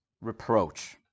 reproach